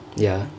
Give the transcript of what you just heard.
ya